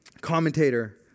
commentator